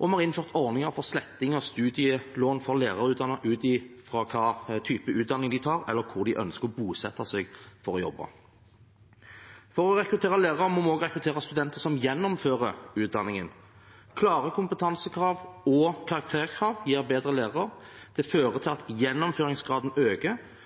og vi har innført ordninger for sletting av studielån for lærerutdannede, ut fra hvilken type utdanning de har, eller hvor de ønsker å bosette seg for å jobbe. For å rekruttere lærere må vi også rekruttere studenter som gjennomfører utdanningen. Klare kompetansekrav og karakterkrav gir bedre lærere. Det fører til at gjennomføringsgraden øker,